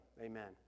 amen